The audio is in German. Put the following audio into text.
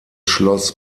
schloss